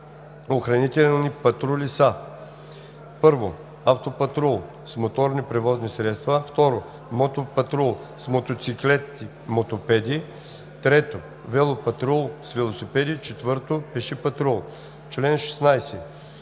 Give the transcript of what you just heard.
охранителни патрули са: